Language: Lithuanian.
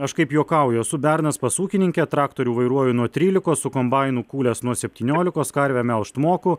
aš kaip juokauju esu bernas pas ūkininkę traktorių vairuoju nuo trylikos su kombainu kūlęs nuo septyniolikos karvę melžt moku